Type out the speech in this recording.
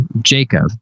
Jacob